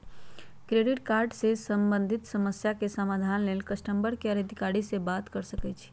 credit card से संबंधित समस्या के समाधान लेल कस्टमर केयर अधिकारी से बात कर सकइछि